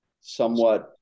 somewhat